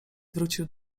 wrócił